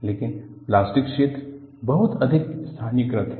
लेकिन प्लास्टिक क्षेत्र बहुत अधिक स्थानीयकृत है